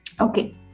Okay